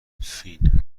فین